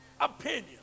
opinion